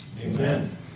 Amen